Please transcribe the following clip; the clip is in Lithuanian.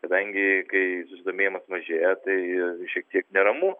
kadangi kai susidomėjimas mažėja tai šiek tiek neramu